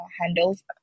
handles